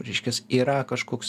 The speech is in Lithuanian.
reiškias yra kažkoks